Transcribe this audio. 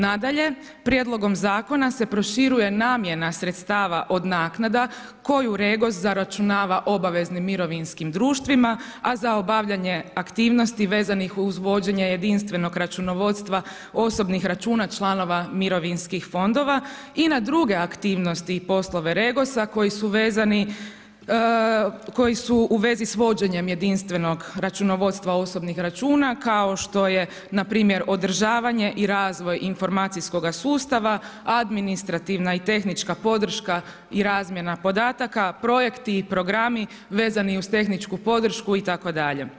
Nadalje, prijedlogom zakona se proširuje namjena sredstava od naknada koju REGOS zaračunava obaveznim mirovinskim društvima, a za obavljanje aktivnosti vezanih uz uvođenje jedinstvenog računovodstva, osobnih računa članova mirovinskih fondova i na druge aktivnosti i poslove REGOS-a koji su vezani, koji su u vezi s vođenjem jedinstvenog računovodstva osobnih računa, kao što je npr. održavanje i razvoj informacijskoga sustava, administrativna i tehnička podrška i razmjena podataka, projekti i programi vezani uz tehničku podršku itd.